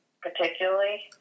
particularly